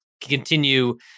continue